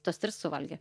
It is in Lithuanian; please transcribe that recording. tuos tris suvalgė